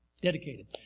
Dedicated